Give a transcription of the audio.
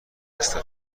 هستم